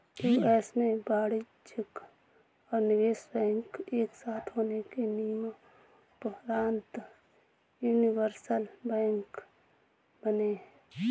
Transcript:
US में वाणिज्यिक और निवेश बैंक एक साथ होने के नियम़ोंपरान्त यूनिवर्सल बैंक बने